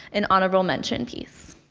an honorable mention piece.